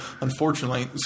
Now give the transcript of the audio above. unfortunately